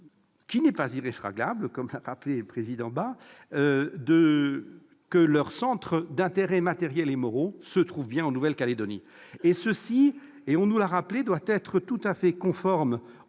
qui n'est pas irréfragable, comme l'a rappelé le président Bas, que leur centre d'intérêts matériels et moraux se trouve bien en Nouvelle-Calédonie. Tout cela, comme il nous l'a été rappelé, doit être tout à fait conforme